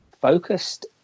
focused